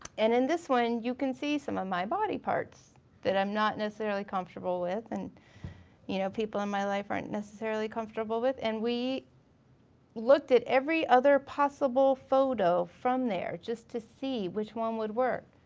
and in this one you can see some of my body parts that i'm not necessarily comfortable with and you know people in my life aren't necessarily comfortable with. and we looked at every other possible photo from there just to see which one would work.